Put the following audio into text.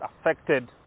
affected